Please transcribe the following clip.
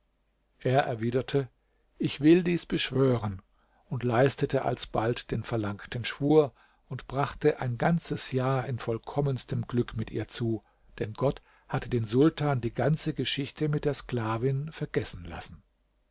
er erwiderte ich will dies beschwören und leistete alsbald den verlangten schwur und brachte ein ganzes jahr in vollkommenstem glück mit ihr zu denn gott hatte den sultan die ganze geschichte mit der sklavin vergessen lassen